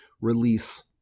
release